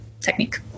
technique